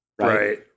Right